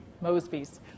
Mosby's